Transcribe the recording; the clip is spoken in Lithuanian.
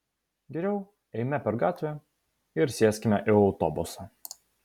geriau eime per gatvę ir sėskime į autobusą